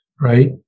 right